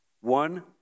one